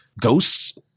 ghosts